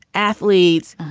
athletes,